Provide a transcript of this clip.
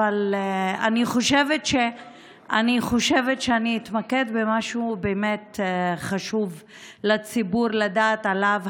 אבל אני חושבת שאני אתמקד במשהו שבאמת חשוב לציבור לדעת עליו.